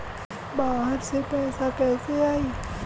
बाहर से पैसा कैसे आई?